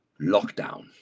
lockdown